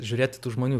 žiūrėti tų žmonių